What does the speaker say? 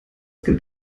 gilt